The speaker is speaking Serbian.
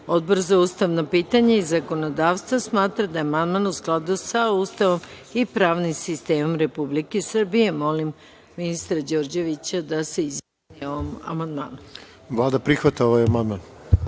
za ustavna pitanja i zakonodavstvo smatra da je amandman u skladu sa Ustavom i pravnim sistemom Republike Srbije. Molim ministra Đorđevića da se izjasni o ovom amandmanu. **Zoran Đorđević** Vlada prihvata ovaj amandman.